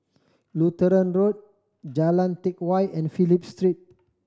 Lutheran Road Jalan Teck Whye and Phillip Street